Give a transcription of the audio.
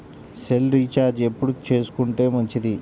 Cell recharge ఎప్పుడు చేసుకొంటే మంచిది?